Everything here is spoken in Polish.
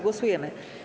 Głosujemy.